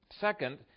Second